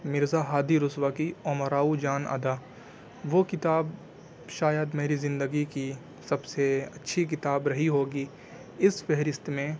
مرزا ہادی رسوا کی امراؤ جان ادا وہ کتاب شاید میری زندگی کی سب سے اچھی کتاب رہی ہوگی اس فہرست میں